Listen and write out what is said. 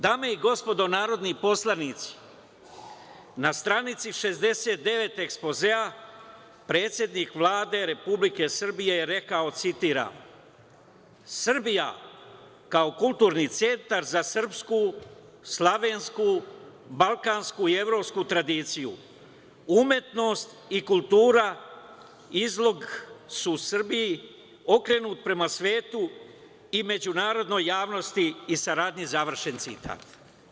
Dame i gospodo narodni poslanici, na stranici 69. ekspozea predsednik Vlade Republike Srbije je rekao, citiram – Srbija kao kulturni centar za srpsku, slavensku, balkansku i evropsku tradiciju, umetnost i kultura izlog su u Srbiji okrenut prema svetu i međunarodnoj javnosti i saradnji, završen citat.